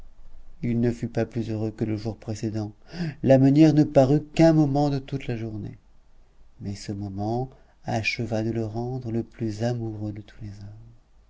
il ne fut pas plus heureux que le jour précédent la meunière ne parut qu'un moment de toute la journée mais ce moment acheva de le rendre le plus amoureux de tous les hommes